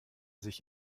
sich